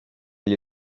gli